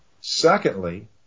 Secondly